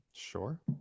Sure